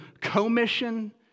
commission